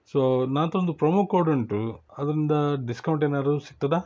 so ನನ್ತ್ರ ಒಂದು promo code ಉಂಟು ಅದರಿಂದ ಡಿಸ್ಕೌಂಟ್ ಏನಾದರೂ ಸಿಕ್ತದಾ